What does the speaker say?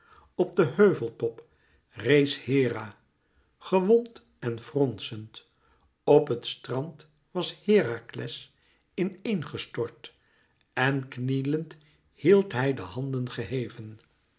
op den heuveltop rees hera gewond en fronsend op het strand was herakles in een gestort en knielend hield hij de handen geheven